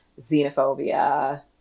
xenophobia